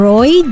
Roy